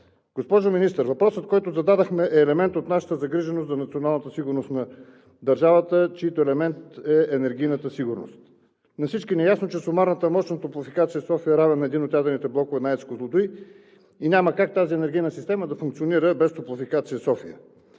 Госпожо Министър, въпросът, който зададохме, е елемент от нашата загриженост за националната сигурност на държавата, чийто елемент е енергийната сигурност. На всички ни е ясно, че сумарната мощ на „Топлофикация София“ е равна на един от ядрените блокове на АЕЦ „Козлодуй“ и няма как тази енергийна система да функционира без „Топлофикация София“.